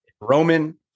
Roman